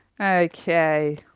okay